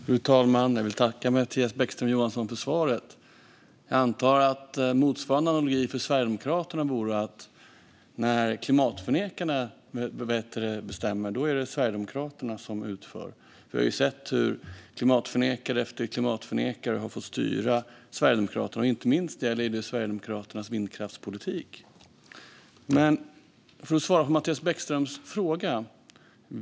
Fru talman! Jag vill tacka Mattias Bäckström Johansson för frågan! Jag antar att motsvarande analogi för Sverigedemokraterna vore att när klimatförnekarna bestämmer är det Sverigedemokraterna som utför. Vi har sett hur klimatförnekare efter klimatförnekare har fått styra Sverigedemokraterna. Inte minst gäller det Sverigedemokraternas vindkraftspolitik. Jag ska svara på Mattias Bäckström Johanssons fråga.